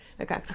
Okay